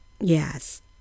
Yes